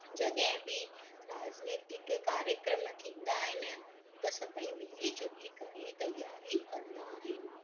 जॾहिं बि राजनीतिक कार्यक्रम थींदा आहिनि त सभेई मिली जुली करे तयारी कंदा आहिनि